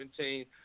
2017